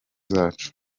zacu